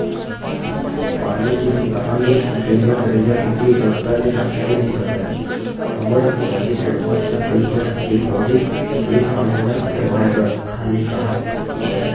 पानी गिरिस ताहले जुन्ना तरिया कोती रद्दा ले नाहके नइ सकस हमर इहां के सरपंच ल कई परत के होगे ए काम ल करवाय बर खाली काहत